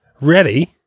ready